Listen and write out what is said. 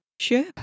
Sure